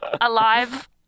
alive